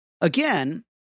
Again